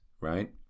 right